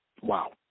Wow